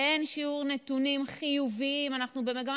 נתונים חיוביים לאין שיעור.